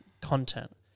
content